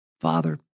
Father